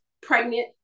pregnant